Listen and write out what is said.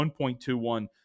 1.21